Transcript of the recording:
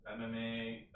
MMA